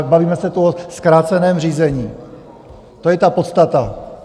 Bavíme se tu o zkráceném řízení, to je ta podstata.